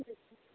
जी